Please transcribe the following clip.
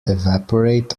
evaporate